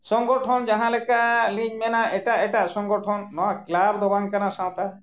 ᱥᱚᱝᱜᱚᱴᱷᱚᱱ ᱡᱟᱦᱟᱸ ᱞᱮᱠᱟ ᱞᱤᱧ ᱢᱮᱱᱟ ᱮᱴᱟᱜ ᱮᱴᱟᱜ ᱥᱚᱝᱜᱚᱴᱷᱚᱱ ᱱᱚᱣᱟ ᱠᱞᱟᱵᱽ ᱫᱚ ᱵᱟᱝ ᱠᱟᱱᱟ ᱥᱟᱶᱛᱟ